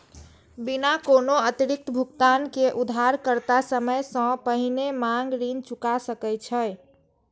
बिना कोनो अतिरिक्त भुगतान के उधारकर्ता समय सं पहिने मांग ऋण चुका सकै छै